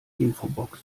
infobox